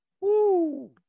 Woo